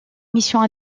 missions